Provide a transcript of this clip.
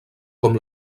com